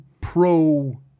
pro